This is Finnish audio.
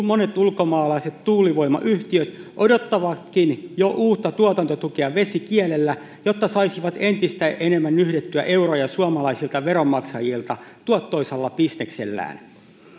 monet ulkomaalaiset tuulivoimayhtiöt odottavatkin jo uutta tuotantotukea vesi kielellä jotta saisivat entistä enemmän nyhdettyä euroja suomalaisilta veronmaksajilta tuottoisalla bisneksellään